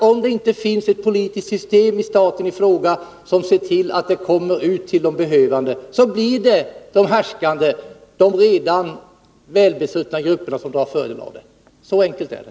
Om det inte finns ett politiskt system i staten i fråga som ser till att biståndet kommer ut till de behövande, blir det de härskande, de redan välbesuttna grupperna, som drar fördel av det. Så enkelt är det.